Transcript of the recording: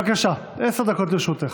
בבקשה, עשר דקות לרשותך.